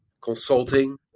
consulting